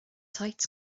tight